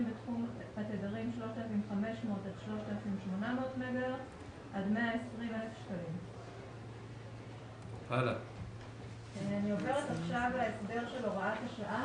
בתחום התדרים 3,500 עד 3,800 מגה-הרץ- 120,000". הוראת שעה